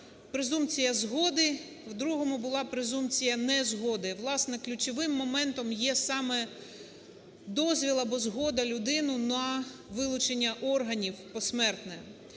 презумпція згоди, в другому була презумпція незгоди. Власне, ключовим моментом є саме дозвіл або згода людини на вилучення органів посмертне.